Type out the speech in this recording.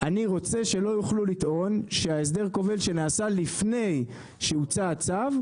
אני רוצה שלא יוכלו לטעון שההסדר הכובל שנעשה לפני שהוצע הצו,